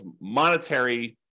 monetary